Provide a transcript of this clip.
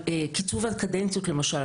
קיצוב הקדנציות למשל,